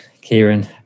kieran